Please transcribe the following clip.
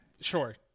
sure